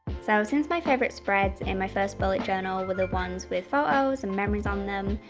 so since my favorite spreads in my first bullet journal, with the ones with photos and memories on them,